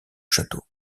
château